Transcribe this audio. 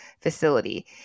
facility